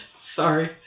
Sorry